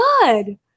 good